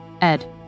Ed